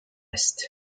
east